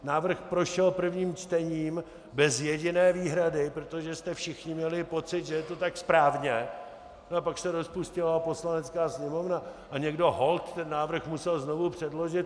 Návrh prošel prvním čtením bez jediné výhrady, protože jste všichni měli pocit, že je to tak správně, no a pak se rozpustila Poslanecká sněmovna a někdo holt ten návrh musel znovu předložit.